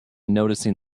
noticing